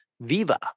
Viva